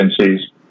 agencies